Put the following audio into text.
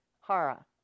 hara